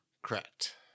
Correct